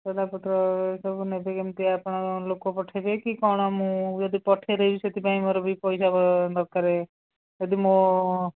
ସଉଦାପତ୍ର ସବୁ ନେବେ କେମିତି ଆପଣ ଲୋକ ପଠେଇବେ କି କ'ଣ ମୁଁ ଯଦି ପଠେଇ ଦେବି ସେଥିପାଇଁ ମୋର ବି ପଇସା ଦରକାର ଯଦି ମୋ